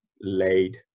laid